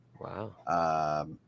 Wow